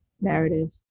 narrative